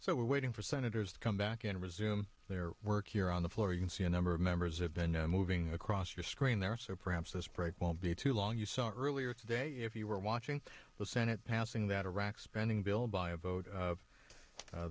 so we're waiting for senators to come back and resume their work here on the floor you can see a number of members have been moving across your screen there so perhaps this break won't be too long you saw earlier today if you were watching the senate passing that iraq spending bill by a vote